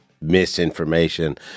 misinformation